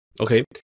Okay